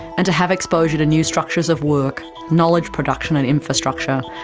and to have exposure to new structures of work, knowledge production and infrastructure,